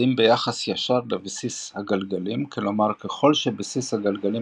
עומדים ביחס ישר לבסיס הגלגלים כלומר ככל שבסיס הגלגלים